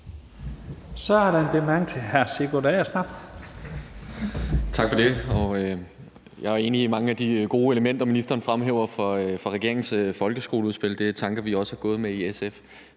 Agersnap. Kl. 13:19 Sigurd Agersnap (SF): Tak for det. Jeg er enig i mange af de gode elementer, ministeren fremhæver, fra regeringens folkeskoleudspil – det er tanker, vi også har gået med i SF.